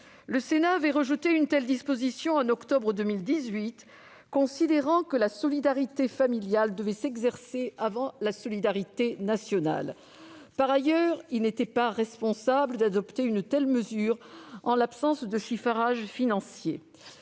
Le Sénat avait rejeté une telle disposition en octobre 2018, considérant que la solidarité familiale devait s'exercer avant la solidarité nationale. Par ailleurs, il n'était pas responsable d'adopter une telle mesure en l'absence de chiffrage financier.